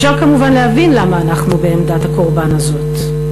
אפשר, כמובן, להבין למה אנחנו בעמדת הקורבן הזאת.